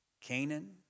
Canaan